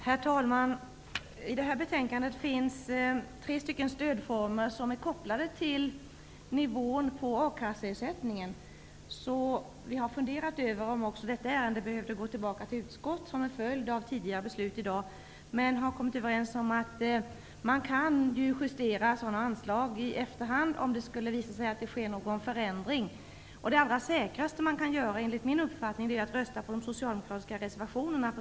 Herr talman! I detta betänkande finns tre stödformer som är kopplade till nivån på akasseersättningen. Vi har funderat över om också detta ärende borde gå tillbaka till utskottet, som en följd av tidigare beslut i dag. Men vi har kommit överens om att man ju kan justera sådana anslag i efterhand om det visar sig ske någon förändring. Det allra säkraste man kan göra är, enligt min uppfattning, att rösta på de socialdemokratiska reservationerna.